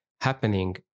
happening